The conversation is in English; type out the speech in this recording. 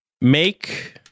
make